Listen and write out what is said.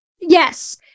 Yes